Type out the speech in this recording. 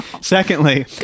Secondly